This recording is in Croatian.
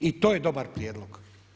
I to je dobar prijedlog.